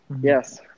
Yes